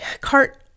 cart